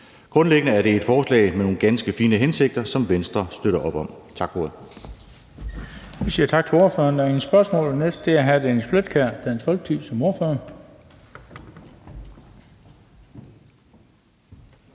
Grundlæggende er det et forslag med nogle ganske fine hensigter, som Venstre støtter op om. Tak